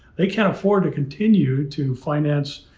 they can't afford to continue to finance,